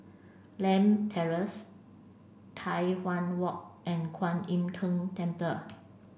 Lakme Terrace Tai Hwan Walk and Kwan Im Tng